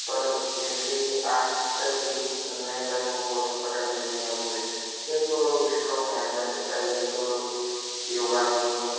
पर देखेंगे आजतक भी नए लड़कों को वो सब पटक देते हैं क्योंकि वो लोग स्ट्रॉंग हैं अंदर से पहले के वो लोग योग किए हें